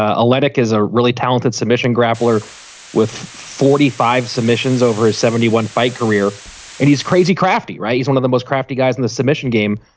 ah electric is a really talented submission grappler with forty five submissions over a seventy one fight career and he's crazy crafty right. he's one of the most crafty guys in the simitian game.